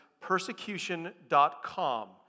persecution.com